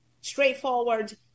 straightforward